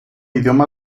idioma